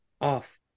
off